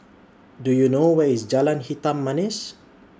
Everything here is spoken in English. Do YOU know Where IS Jalan Hitam Manis